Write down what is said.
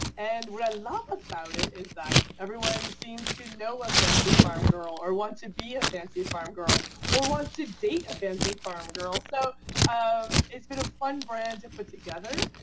and what i love about it is that everyone seems to know a fancy farm girl or want to be a fancy farm girl or wants to date a fancy farm girl. so um it's been a fun brand to put together.